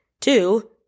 Two